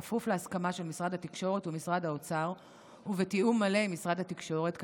בכפוף להסכמה של משרד התקשורת ומשרד האוצר ובתיאום מלא עם משרד התקשורת,